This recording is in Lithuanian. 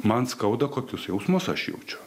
man skauda kokius jausmus aš jaučiu